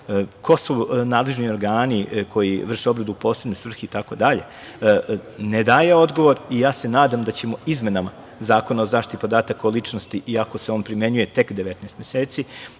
ko su nadležni organi koji vrše obradu u posebne svrhe itd, ne daje odgovor i ja se nadam da ćemo izmenama Zakona o zaštiti podataka o ličnosti, iako se on primenjuje tek 19 meseci,